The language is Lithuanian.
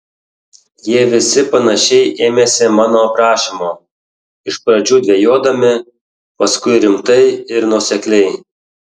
jie visi panašiai ėmėsi mano prašymo iš pradžių dvejodami paskui rimtai ir nuosekliai